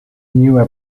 newer